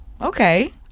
Okay